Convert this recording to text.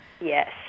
Yes